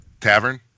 tavern